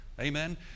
Amen